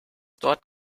dort